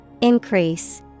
Increase